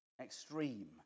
extreme